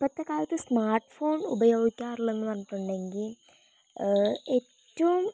ഇപ്പഴത്തെക്കാലത്ത് smartphone ഉപയോഗിക്കാറുള്ളന്ന് പറഞ്ഞിട്ടുണ്ടെങ്കിൽ ഏറ്റവും